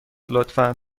لطفا